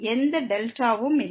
எந்த δ ம் இல்லை